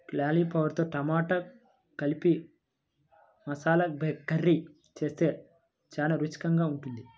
కాలీఫ్లవర్తో టమాటా కలిపి మసాలా కర్రీ చేస్తే చాలా రుచికరంగా ఉంటుంది